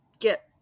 get